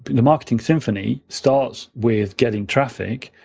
the marketing symphony starts with getting traffic,